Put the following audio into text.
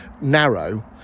narrow